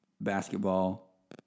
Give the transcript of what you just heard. basketball